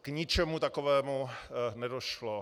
K ničemu takovému nedošlo.